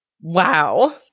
Wow